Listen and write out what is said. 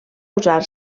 usar